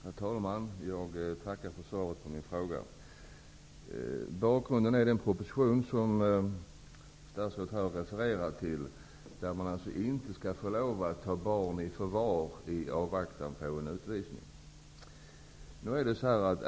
Herr talman! Jag tackar för svaret på min fråga. Bakgrunden är den proposition som statsrådet refererade till, som går ut på att barn inte skall tas i förvar i avvaktan på en utvisning.